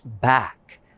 back